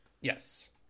Yes